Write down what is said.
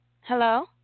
Hello